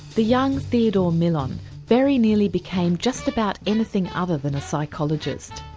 the young theodore millon very nearly became just about anything other than a psychologist.